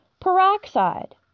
Peroxide